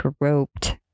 groped